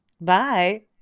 Bye